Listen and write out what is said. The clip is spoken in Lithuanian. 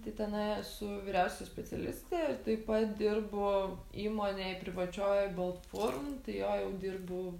tai tenai esu vyriausia specialistė taip pat dirbo įmonėj privačioj balt furn tai joj jau dirbu